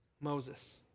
Moses